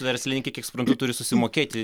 verslininkai kiek suprantu turi susimokėti